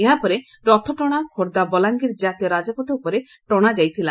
ଏହା ପରେ ରଥ ଟଶା ଖୋର୍ବ୍ଧା ବଲାଙ୍ଗିର ଜାତୀୟ ରାଜପଥ ଉପରେ ଟଶା ଯାଇଥିଲା